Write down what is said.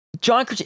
john